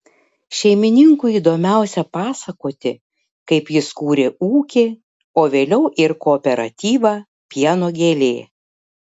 šeimininkui įdomiausia pasakoti kaip jis kūrė ūkį o vėliau ir kooperatyvą pieno gėlė